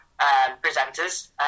presenters